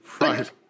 Right